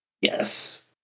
Yes